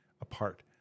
apart